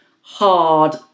hard